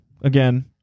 Again